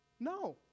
No